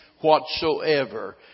whatsoever